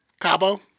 Cabo